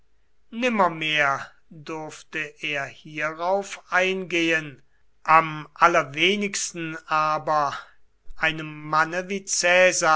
nimmermehr durfte er hierauf eingehen am allerwenigsten aber einem manne